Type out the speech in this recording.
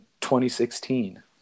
2016